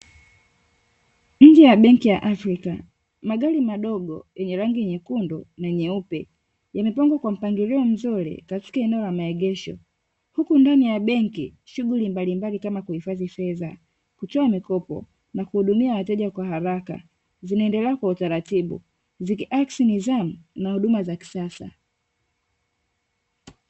Nje ya benki ya Afrika, magari madogo yenye rangi nyekundu na nyeupe yamepangwa kwa mpangilio mzuri katika eneo la maegesho, huku ndani ya benki shughuli mbalimbali kama kuhifadhi pesa, kutoa mikopo na kuhudumia wateja kwa haraka zinaendelea kwa utaratibu zikiakisi nidhamu na huduma ya kisasa.